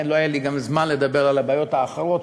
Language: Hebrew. לא היה לי זמן לדבר על הבעיות האחרות,